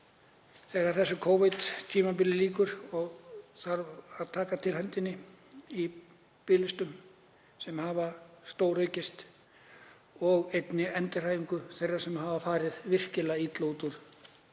þegar þessu Covid-tímabili lýkur og það þarf að taka til hendinni í biðlistum sem hafa stóraukist og einnig endurhæfingu þeirra sem hafa farið virkilega illa